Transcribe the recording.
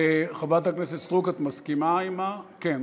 חברת הכנסת סטרוק, את מסכימה עם, כן.